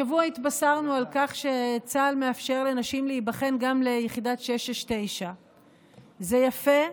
השבוע התבשרנו על כך שצה"ל מאפשר לנשים להיבחן גם ליחידת 669. זה יפה,